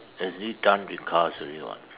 as if done with cars already [what]